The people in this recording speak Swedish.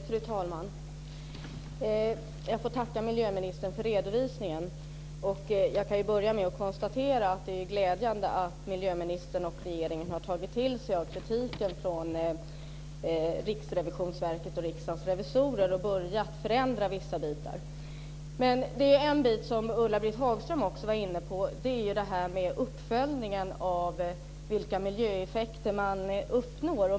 Fru talman! Jag får tacka miljöministern för redovisningen. Jag kan börja med att konstatera att det är glädjande att miljöministern och regeringen har tagit till sig kritiken från Riksrevisionsverket och Riksdagens revisorer och börjat förändra vissa bitar. Men det är en bit som också Ulla-Britt Hagström var inne på, och det gäller uppföljningen av de miljöeffekter som man uppnår.